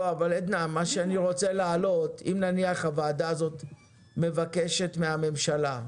אם נניח הוועדה הזאת מבקשת מהממשלה,